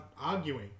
arguing